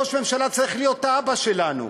ראש הממשלה צריך להיות האבא שלנו.